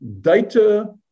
data